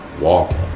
walking